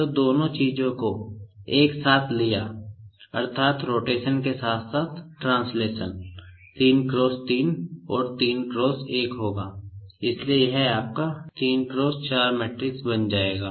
तो दोनों चीजों को एक साथ लिया अर्थात् रोटेशन के साथ साथ ट्रांसलेशन 3× 3 और 3 × 1 होगा इसलिए यह आपका 3 × 4 मैट्रिक्स बन जाएगा